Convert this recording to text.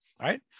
right